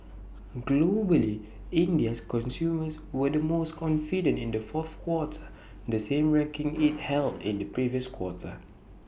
globally India's consumers were the most confident in the fourth quarter the same ranking IT held in the previous quarter